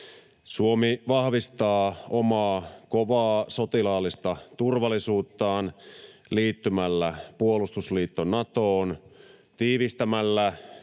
Suomi vahvistaa omaa kovaa, sotilaallista turvallisuuttaan liittymällä puolustusliitto Natoon, tiivistämällä